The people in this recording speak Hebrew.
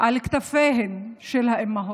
על כתפיהן של האימהות.